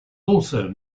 also